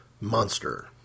Monster